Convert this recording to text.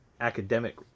academic